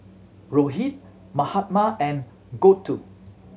Rohit Mahatma and Gouthu